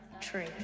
tree